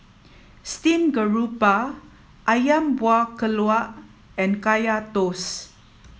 Steamed Garoupa Ayam Buah Keluak and Kaya Toast